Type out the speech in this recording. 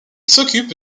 s’occupe